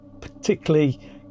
particularly